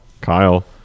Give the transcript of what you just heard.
Kyle